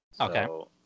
Okay